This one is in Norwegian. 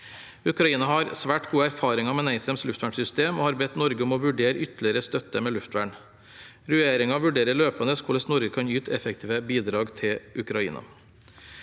Ukraina har svært gode erfaringer med NASAMS luftvernsystem og har bedt Norge om å vurdere ytterligere støtte med luftvern. Regjeringen vurderer løpende hvordan Norge kan yte effektive bidrag til Ukraina.